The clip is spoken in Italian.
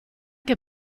che